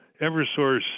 Eversource